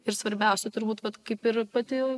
ir svarbiausia turbūt vat kaip ir pati